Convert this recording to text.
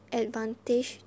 advantage